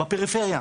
בפריפריה.